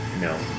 no